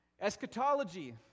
Eschatology